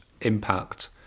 impact